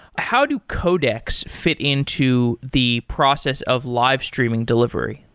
how do codecs fit into the process of live streaming delivery?